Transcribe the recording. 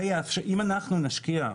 אם אנחנו נשקיע,